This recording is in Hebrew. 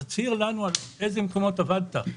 תצהיר לנו על איזה מקומות עבדת.